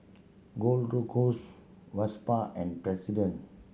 Gold Road cause Vespa and President